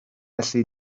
felly